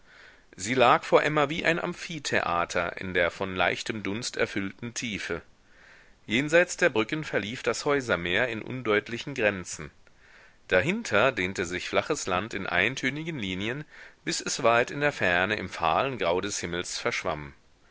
sie lag vor emma wie ein amphitheater in der von leichtem dunst erfüllten tiefe jenseits der brücken verlief das häusermeer in undeutlichen grenzen dahinter dehnte sich flaches land in eintönigen linien bis es weit in der ferne im fahlen grau des himmels verschwamm